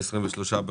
דיון